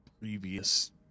previous